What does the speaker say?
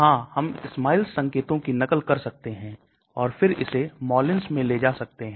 फिर हम co solvents का उपयोग कर सकते हैं हम सामग्री को emulsify कर सकते हैं